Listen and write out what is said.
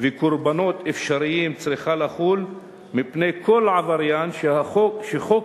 וקורבנות אפשריים צריכה לחול מפני כל עבריין שחוק